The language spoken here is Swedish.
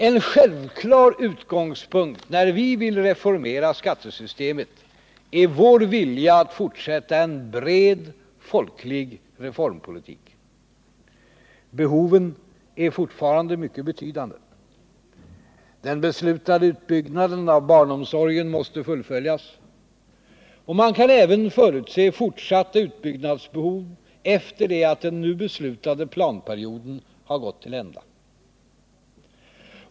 En självklar utgångspunkt när vi vill reformera skattesystemet är vår vilja att fortsätta en bred folklig reformpolitik. Behoven är fortfarande mycket betydande. Den beslutade utbyggnaden av barnomsorgen måste fullföljas, och man kan även förutse fortsatta utbyggnadsbehov efter det att den nu beslutade planperioden har gått till ända.